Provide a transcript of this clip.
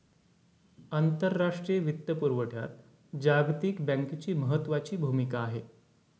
आंतरराष्ट्रीय वित्तपुरवठ्यात जागतिक बँकेची महत्त्वाची भूमिका आहे